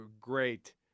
Great